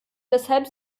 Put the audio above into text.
weshalb